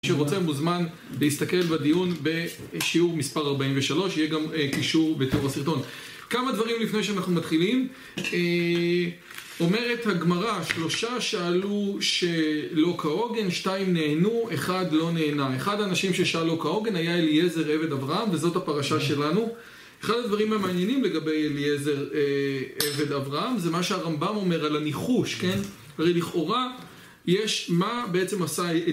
מי שרוצה מוזמן להסתכל בדיון בשיעור מספר 43, שיהיה גם קישור בתוך הסרטון. כמה דברים לפני שאנחנו מתחילים: אומרת הגמרא, שלושה שאלו שלא כהוגן, שתיים נענו, אחד לא נענה. אחד האנשים ששאל לא כהוגן היה אליעזר עבד אברהם, וזאת הפרשה שלנו. אחד הדברים המעניינים לגבי אליעזר עבד אברהם, זה מה שהרמב״ם אומר על הניחוש, כן? ולכאורה יש מה בעצם עשה אלי...